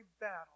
battle